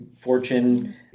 fortune